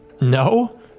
No